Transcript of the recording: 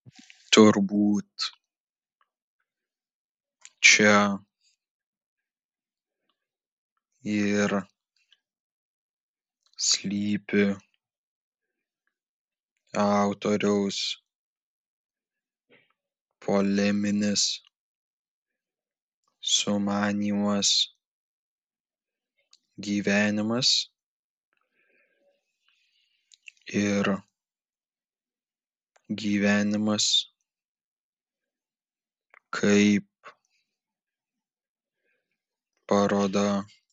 turbūt čia ir slypi autoriaus poleminis sumanymas gyvenimas ir gyvenimas kaip paroda